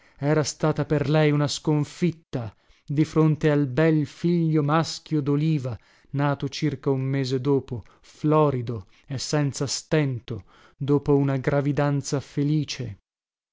era stata per lei una sconfitta di fronte al bel figlio maschio doliva nato circa un mese dopo florido e senza stento dopo una gravidanza felice